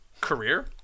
career